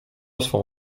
swą